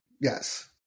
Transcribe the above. Yes